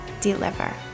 deliver